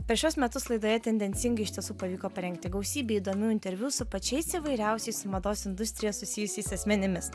per šiuos metus laidoje tendencingai iš tiesų pavyko parengti gausybę įdomių interviu su pačiais įvairiausiais mados industrija susijusiais asmenimis